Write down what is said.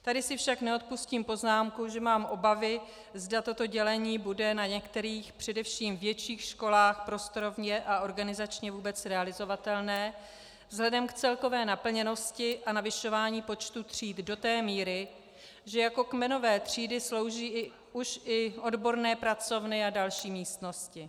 Tady si však neodpustím poznámku, že mám obavy, zda toto dělení bude na některých především větších školách prostorově a organizačně vůbec realizovatelné vzhledem k celkové naplněnosti a navyšování počtu tříd do té míry, že jako kmenové třídy slouží už i odborné pracovny a další místnosti.